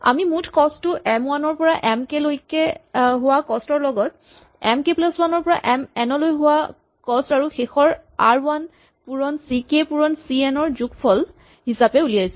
আমি মুঠ কস্ত টো এম ৱান ৰ পৰা এম কে লৈ হোৱা কস্ত ৰ লগত এম কে প্লাচ ৱান ৰ পৰা এম এন লৈ হোৱা কস্ত আৰু শেষৰ আৰ ৱান পূৰণ চি কে পূৰণ চি এন ৰ যোগফল হিচাপে উলিয়াইছো